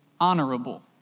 honorable